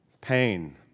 Pain